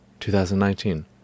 2019